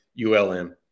ULM